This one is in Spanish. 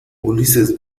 ulises